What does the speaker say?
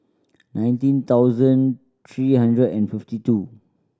nineteen thousand three hundred and fifty two